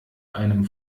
einem